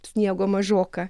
sniego mažoka